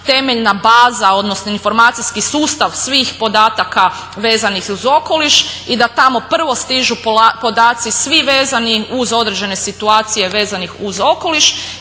temeljna baza, odnosno informacijski sustav svih podataka vezanih uz okoliš i da tamo prvo stižu podaci svi vezani uz određene situacije vezanih uz okoliš.